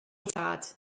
tad